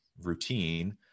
routine